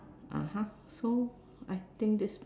so I think this